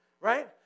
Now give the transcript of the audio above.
right